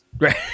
Right